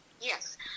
Yes